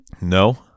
No